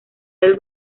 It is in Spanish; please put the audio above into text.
del